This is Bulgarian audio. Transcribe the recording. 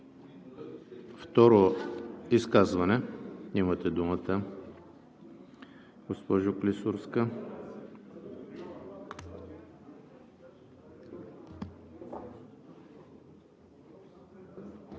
Второ изказване – имате думата, госпожо Клисурска.